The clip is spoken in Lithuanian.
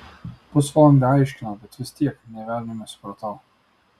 pusvalandį aiškino bet vis tiek nė velnio nesupratau